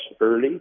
early